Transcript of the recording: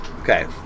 Okay